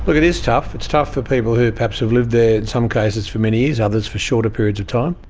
but it is tough, it's tough for people who perhaps have lived there, in some cases, for many years, others for shorter periods of time.